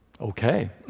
Okay